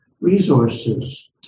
resources